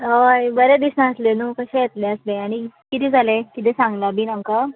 हय बरें दिसानासले न्हू कशें येतले आसले आनी कितें जाले कितें सांगला बीन आमकां